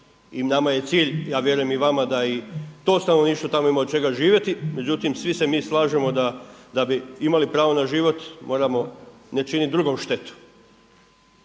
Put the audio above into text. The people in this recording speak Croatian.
I nama je cilj, ja vjerujem i vama da i to stanovništvo tamo ima od čega živjeti. Međutim, svi se mi slažemo da bi imali pravo na život moramo ne činit drugom štetu.